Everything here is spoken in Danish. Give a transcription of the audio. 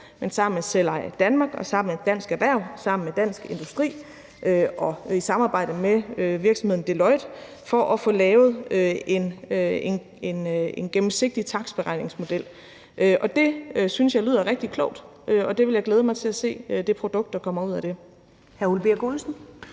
men sammen med Selveje Danmark, sammen med Dansk Erhverv, sammen med Dansk Industri og i samarbejde med virksomheden Deloitte for at få lavet en gennemsigtig takstberegningsmodel. Det synes jeg lyder rigtig klogt, og jeg vil glæde mig til at se det produkt, der kommer ud af det.